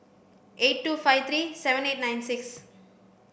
eight two five three seven eight nine six